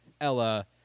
Ella